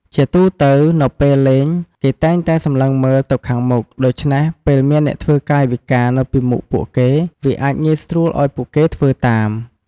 ជាទូទៅ នៅពេលលេង គេតែងតែសម្លឹងមើលទៅខាងមុខ ដូច្នេះ ពេលមានអ្នកធ្វើកាយវិការនៅពីមុខពួកគេ វាអាចងាយស្រួលឱ្យពួកគេធ្វើតាម។